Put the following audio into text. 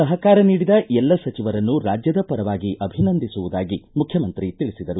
ಸಹಕಾರ ನೀಡಿದ ಎಲ್ಲ ಸಚಿವರನ್ನು ರಾಜ್ಯದ ಪರವಾಗಿ ಅಭಿನಂದಿಸುವುದಾಗಿ ಮುಖ್ಯಮಂತ್ರಿಗಳು ತಿಳಿಸಿದರು